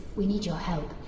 we need your help.